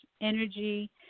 energy